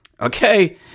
Okay